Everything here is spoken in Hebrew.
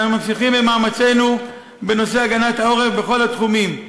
אבל אנו ממשיכים במאמצינו בנושא הגנת העורף בכל התחומים.